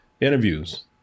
interviews